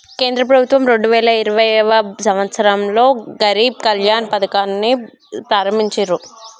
కేంద్ర ప్రభుత్వం రెండు వేల ఇరవైయవ సంవచ్చరంలో గరీబ్ కళ్యాణ్ పథకాన్ని ప్రారంభించిర్రు